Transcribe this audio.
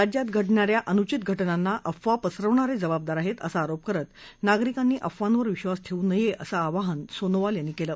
राज्यात घडणाऱ्या अनुषित घटनांना अफवा पसरवणारे जबाबदार आहेत असा आरोप करत नागरिकांनी अफवांवर विश्वास ठेवू नये असं आवाहन सोनोवाल यांनी केलं